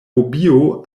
hobio